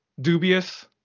dubious